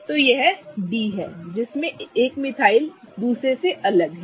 तोयह D है जिसमें 2 मिथाइल एक दूसरे से अलग हैं